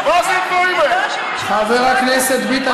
מה אתם מרוצים, חבורת אפסים,